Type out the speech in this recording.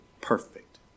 perfect